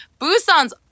busan's